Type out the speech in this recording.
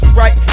right